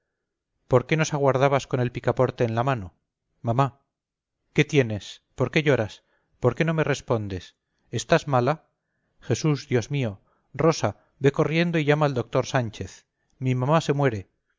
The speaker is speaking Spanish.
por qué nos aguardabas con el picaporte en la mano mamá qué tienes por qué lloras por qué no me respondes estás mala jesús dios mío rosa ve corriendo y llama al doctor sánchez mi mamá se muere